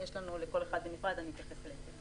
יש לכל אחד בנפרד, אני אתייחס אליהם.